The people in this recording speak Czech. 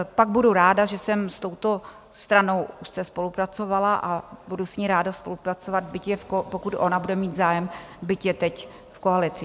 Pak budu ráda, že jsem s touto stranou úzce spolupracovala, a budu s ní ráda spolupracovat, byť je, pokud ona bude mít zájem, byť je teď v koalici.